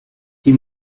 die